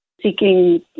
seeking